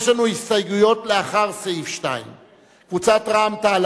יש לנו הסתייגויות לאחרי סעיף 2. קבוצת רע"ם-תע"ל,